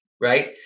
Right